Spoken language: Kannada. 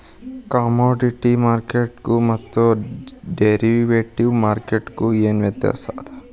ಕಾಮೊಡಿಟಿ ಮಾರ್ಕೆಟ್ಗು ಮತ್ತ ಡೆರಿವಟಿವ್ ಮಾರ್ಕೆಟ್ಗು ಏನ್ ವ್ಯತ್ಯಾಸದ?